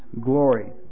glory